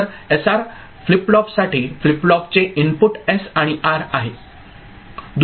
तर S R flip फ्लॉपसाठी flip फ्लॉपचे इनपुट एस आणि आर आहे